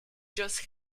just